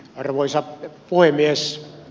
arvoisa puhemies